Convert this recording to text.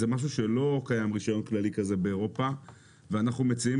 זה משהו שלא קיים רישיון כללי כזה באירופה ואנחנו מציעים